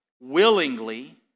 willingly